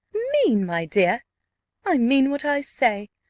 mean! my dear i mean what i say,